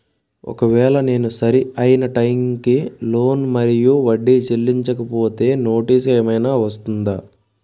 ఒకవేళ నేను సరి అయినా టైం కి లోన్ మరియు వడ్డీ చెల్లించకపోతే నోటీసు ఏమైనా వస్తుందా?